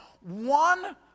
one